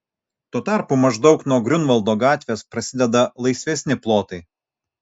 tuo tarpu maždaug nuo griunvaldo gatvės prasideda laisvesni plotai